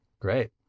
great